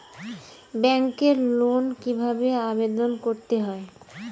ব্যাংকে লোন কিভাবে আবেদন করতে হয়?